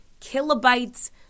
kilobytes